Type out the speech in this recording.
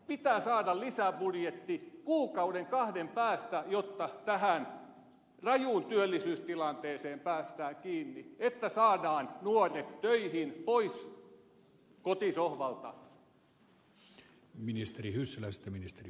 pitää saada lisäbudjetti kuukauden kahden päästä jotta tähän rajuun työllisyystilanteeseen päästään kiinni että saadaan nuoret töihin pois kotisohvalta